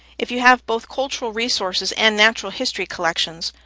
if you have both cultural resources and natural history collections,